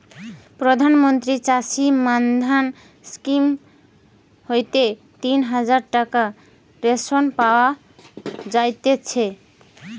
প্রধান মন্ত্রী চাষী মান্ধান স্কিম হইতে তিন হাজার টাকার পেনশন পাওয়া যায়তিছে